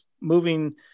moving